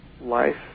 life